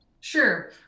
Sure